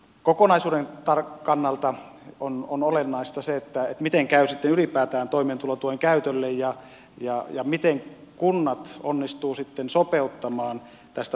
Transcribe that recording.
kokonaisuuden kannalta on olennaista se miten käy sitten ylipäätään toimeentulotuen käytölle ja miten kunnat onnistuvat sitten sopeuttamaan tästä vapautuvan henkilöstön